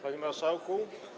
Panie Marszałku!